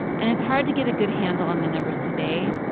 and it's hard to get a good handle on the numbers today,